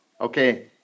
Okay